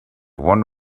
one